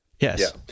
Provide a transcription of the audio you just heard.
Yes